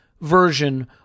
version